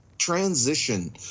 transition